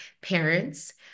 parents